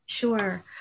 Sure